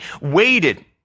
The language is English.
waited